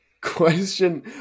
Question